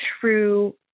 true